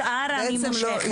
את השאר אני מושכת.